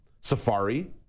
Safari